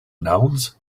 nouns